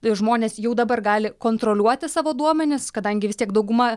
žmonės jau dabar gali kontroliuoti savo duomenis kadangi vis tiek dauguma